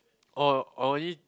orh orh y~